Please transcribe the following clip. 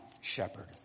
shepherd